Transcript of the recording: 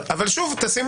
--- לכן אני אומר,